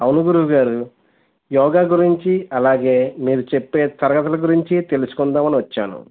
అవును గురువుగారు యోగా గురించి అలాగే మీరు చెప్పే తరగతుల గురించి తెలుసుకుందాం అని వచ్చాను